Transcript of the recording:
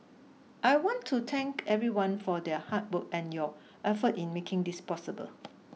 I want to thank everyone for their hard work and your effort in making this possible